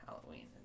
Halloween